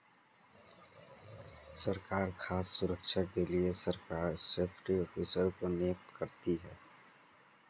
सरकार खाद्य सुरक्षा के लिए सरकार सेफ्टी ऑफिसर को नियुक्त करती है